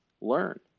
learn